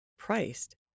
priced